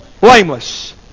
blameless